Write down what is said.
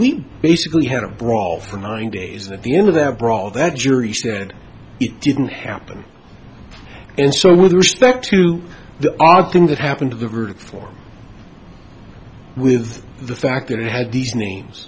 we basically had a brawl for nine days at the end of that brawl that jury said it didn't happen and so with respect to the odd thing that happened to the group for with the fact that it had these names